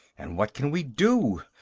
and what can we do?